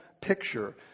picture